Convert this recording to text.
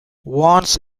once